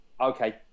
Okay